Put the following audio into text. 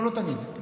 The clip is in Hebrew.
לא תמיד.